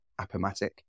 Appomatic